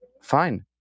fine